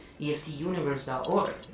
eftuniverse.org